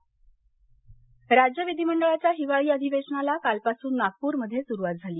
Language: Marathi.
विधिमंडळ राज्य विधीमंडळाच्या हिवाळी अधिवेशनाला कालपासून नागपूरमध्ये सुरुवात झाली